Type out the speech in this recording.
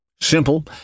simple